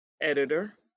editor